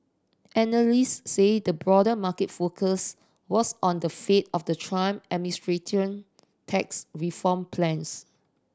analyst said the broader market focus was on the fate of the Trump administration tax reform plans